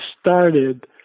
started